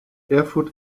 erfurt